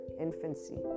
infancy